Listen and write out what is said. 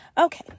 Okay